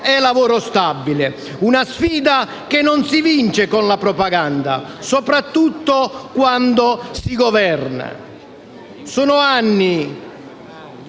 lavoro stabile, una sfida che non si vince con la propaganda, soprattutto quando si governa. Sono anni